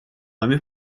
вами